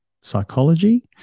Psychology